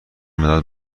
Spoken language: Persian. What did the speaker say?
مداد